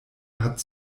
hat